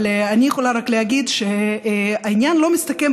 אבל אני יכולה רק להגיד שהעניין לא מסתכם